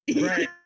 Right